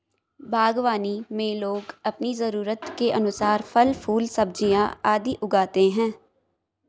बागवानी में लोग अपनी जरूरत के अनुसार फल, फूल, सब्जियां आदि उगाते हैं